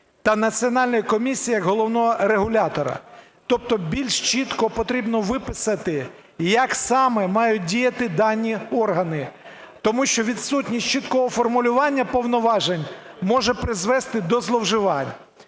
та Національної комісії як головного регулятора. Тобто більш чітко потрібно виписати, як саме мають діяти дані органи. Тому що відсутність чіткого формулювання повноважень може призвести до зловживань.